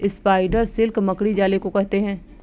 spider silk मकड़ी जाले को कहते हैं